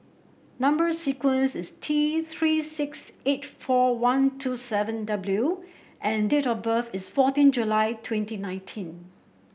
number sequence is T Three six eight four one two seven W and date of birth is fourteen July twenty nineteen